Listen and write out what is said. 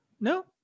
no